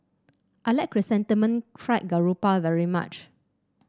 I like Chrysanthemum Fried Garoupa very much